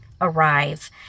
arrive